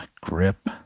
grip